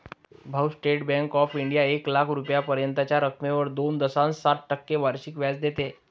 भाऊ, State Bank of India एक लाख रुपयांपर्यंतच्या रकमेवर दोन दशांश सात टक्के वार्षिक व्याज देते